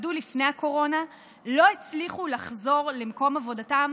שעבדו לפני הקורונה לא הצליחו לחזור למקום עבודתם